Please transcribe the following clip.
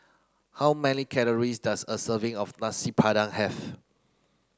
how many calories does a serving of Nasi Padang Have